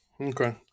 Okay